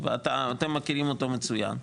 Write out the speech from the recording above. ואתם מכירים אותו מצוין,